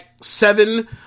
seven